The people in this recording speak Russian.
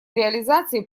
реализацией